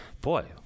boy